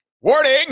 warning